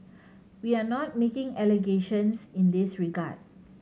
we are not making allegations in this regard